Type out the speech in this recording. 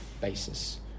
basis